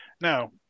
Now